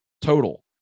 total